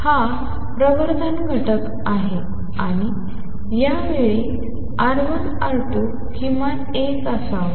हा प्रवर्धन घटक आहेआणि या वेळी R1 R2 किमान 1 असावा